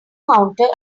counter